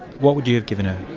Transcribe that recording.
what would you have given her?